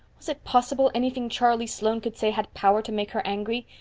was it possible anything charlie sloane could say had power to make her angry?